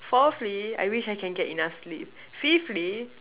fourthly I wish I can get enough sleep fifthly